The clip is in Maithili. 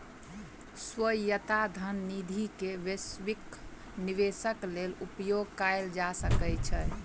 स्वायत्त धन निधि के वैश्विक निवेशक लेल उपयोग कयल जा सकै छै